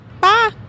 Bye